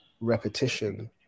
repetition